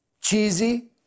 cheesy